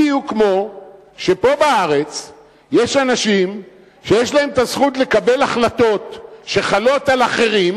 בדיוק כמו שפה בארץ יש אנשים שיש להם הזכות לקבל החלטות שחלות על אחרים,